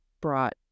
brought